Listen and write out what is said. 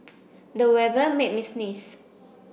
the weather made me sneeze